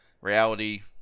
reality